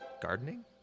Gardening